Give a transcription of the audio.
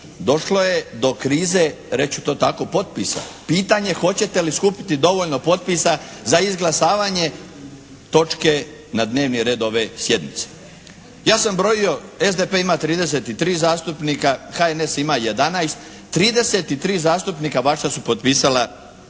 došlo je do krize reći ću to tako potpisa, pitanje hoćete li skupiti dovoljno potpisa za izglasavanje točke na dnevni red ove sjednice. Ja sam brojio. SDP ima 33 zastupnika, HNS ima 11. 33 zastupnika vaša su potpisala